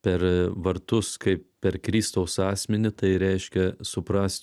per vartus kaip per kristaus asmenį tai reiškia suprast